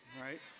right